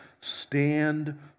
stand